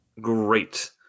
great